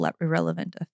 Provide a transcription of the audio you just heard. irrelevant